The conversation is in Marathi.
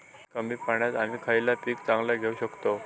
कमी पाण्यात आम्ही खयला पीक चांगला घेव शकताव?